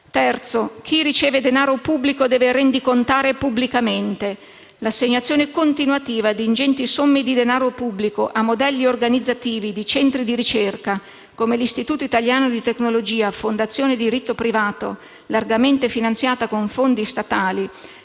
luogo, chi riceve denaro pubblico deve rendicontare pubblicamente. L'assegnazione continuativa di ingenti somme di denaro pubblico a modelli organizzativi di centri di ricerca come l'Istituto Italiano di Tecnologia fondazione di diritto privato largamente finanziata con fondi statali,